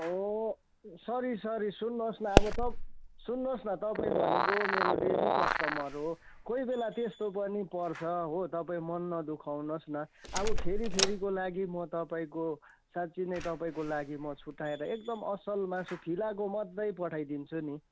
sorry sorry सुन्नु होस् अब सुन्नु होस् न तपाईँ भनेको मेरो डेली कस्टमर हो कोही बेला त्यस्तो पनि पर्छ हो तपाईँ मन नदुखाउनु होस् न अब फेरि फेरिको लागि म तपाईँको साँचि नै तपाईँको लागि म छुट्याएर एकदम असल मासु फिलाको मात्र पठाइदिन्छु नि